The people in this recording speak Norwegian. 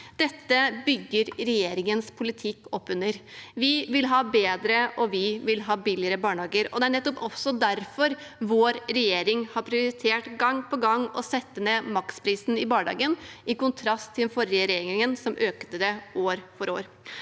Dette bygger regjeringens politikk opp under. Vi vil ha bedre og billigere barnehager, og det er nettopp derfor vår regjering gang på gang har prioritert å sette ned maksprisen i barnehagen – i kontrast til den forrige regjeringen, som økte den år for år.